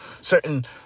certain